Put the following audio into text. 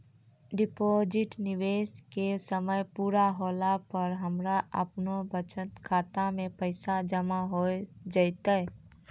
Deposit निवेश के समय पूरा होला पर हमरा आपनौ बचत खाता मे पैसा जमा होय जैतै?